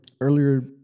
earlier